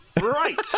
Right